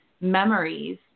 memories